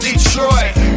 Detroit